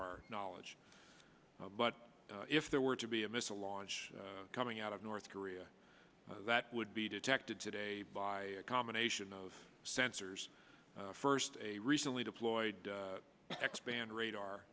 our knowledge but if there were to be a missile launch coming out of north korea that would be detected today by a combination of sensors first a recently deployed x band radar